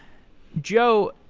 joe,